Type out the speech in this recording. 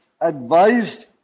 advised